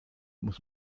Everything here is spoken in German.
muss